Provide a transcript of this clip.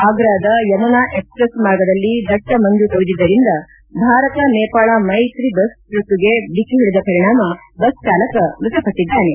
ಆಗ್ರಾದ Yamuna express ಮಾರ್ಗದಲ್ಲಿ ದಟ್ಟ ಮಂಜು ಕವಿದಿದ್ದರಿಂದ ಭಾರತ ನೇಪಾಳ ಮೈತ್ರಿ ಬಸ್ ಟ್ರಕ್ಗೆ ಡಿಕ್ಕಿ ಹೊಡೆದ ಪರಿಣಾಮ ಬಸ್ ಚಾಲಕ ಮೃತಪಟ್ಟದ್ದಾನೆ